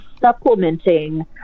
supplementing